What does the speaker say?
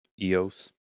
EOS